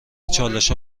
چالشها